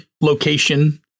location